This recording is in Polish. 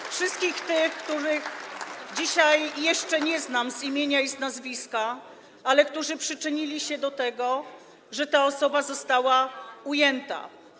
dla wszystkich tych, których dzisiaj jeszcze nie znam z imienia i z nazwiska, którzy przyczynili się do tego, że ta osoba została ujęta.